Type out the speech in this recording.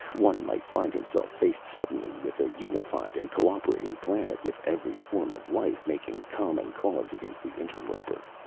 one might find himself faced suddenly with a unified and cooperating planet, with every form of life making common cause against the interloper.